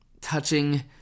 touching